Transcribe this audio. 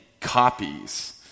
copies